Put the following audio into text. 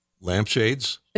lampshades